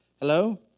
Hello